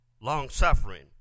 long-suffering